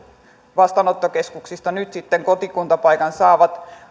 vastaanottokeskuksista nyt sitten kotikuntapaikan saavat